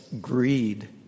greed